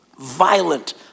violent